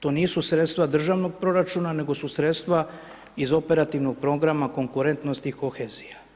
To nisu sredstva državnog proračuna, nego su sredstva iz operativnog programa konkurentnosti i kohezija.